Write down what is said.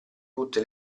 tutte